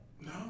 No